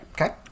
Okay